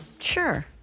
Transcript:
Sure